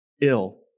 ill